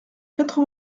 quatre